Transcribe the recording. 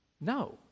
No